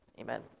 amen